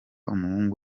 umuhungu